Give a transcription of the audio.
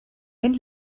when